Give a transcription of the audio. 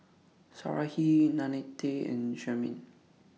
Sarahi Nannette and Carmine